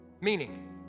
Meaning